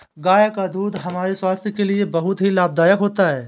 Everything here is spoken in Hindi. गाय का दूध हमारे स्वास्थ्य के लिए बहुत ही लाभदायक होता है